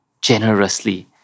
generously